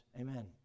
amen